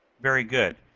very good.